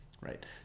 right